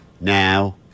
now